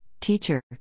teacher